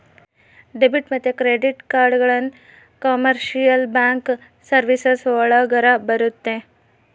debit ಮತ್ತೆ credit ಕಾರ್ಡ್ಗಳನ್ನ commercial bank services ಒಳಗರ ಬರುತ್ತೆ